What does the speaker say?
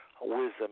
wisdom